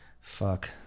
Fuck